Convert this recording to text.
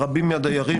ורבים מהדיירים,